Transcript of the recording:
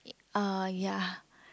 uh ya